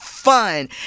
fun